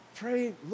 pray